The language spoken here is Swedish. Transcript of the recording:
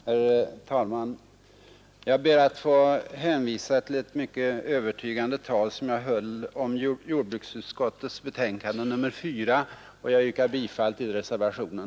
Herr talman! Jag ber att få hänvisa till ett mycket övertygande tal som jag höll om jordbruksutskottets betänkande nr 4 och yrkar bifall till reservationen.